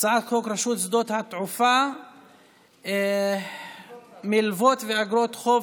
רשות שדות התעופה (מלוות ואיגרות חוב